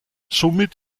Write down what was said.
somit